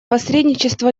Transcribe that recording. посредничество